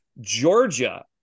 Georgia